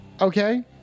Okay